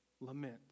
lament